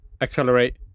accelerate